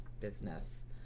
business